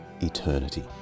eternity